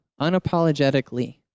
unapologetically